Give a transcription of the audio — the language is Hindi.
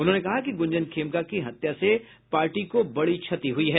उन्होंने कहा कि गुंजन खेमका की हत्या से पार्टी को बड़ी क्षति हुई है